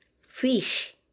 fish